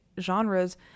genres